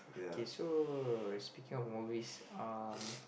okay so speaking of movies um